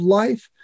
life